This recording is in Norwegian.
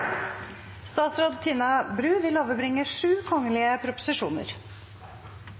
statsråd Bru overbringe sju kongelige proposisjoner.